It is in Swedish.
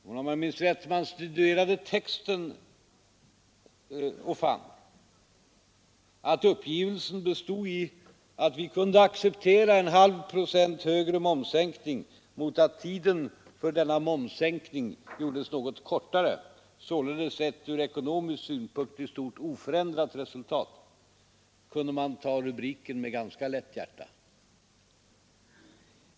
Men om man studerade texten och fann att uppgivelsen bestod i att vi kunde acceptera en halv procent högre momssänkning mot att tiden för denna momssänkning gjordes något kortare, således ett ur ekonomisk synpunkt oförändrat resultat, kunde man ta rubriken med ganska lätt hjärta.